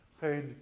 paid